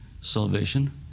salvation